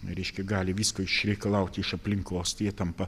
reiškia gali visko išreikalauti iš aplinkos tai jie tampa